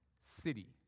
city